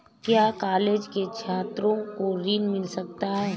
क्या कॉलेज के छात्रो को ऋण मिल सकता है?